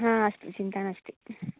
आम् अस्तु चिन्ता नास्ति